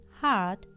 hard